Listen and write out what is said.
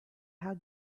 how